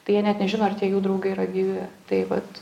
tai jie net nežino ar tie jų draugai yra gyvi tai vat